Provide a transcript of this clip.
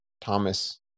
Thomas